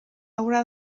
haurà